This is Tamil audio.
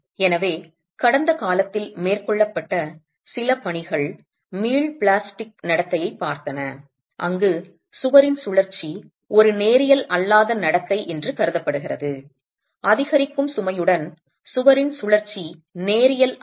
எனவே கடந்த காலத்தில் மேற்கொள்ளப்பட்ட சில பணிகள் மீள் பிளாஸ்டிக் நடத்தையைப் பார்த்தன அங்கு சுவரின் சுழற்சி ஒரு நேரியல் அல்லாத நடத்தை என்று கருதப்படுகிறது அதிகரிக்கும் சுமையுடன் சுவரின் சுழற்சி நேரியல் அல்ல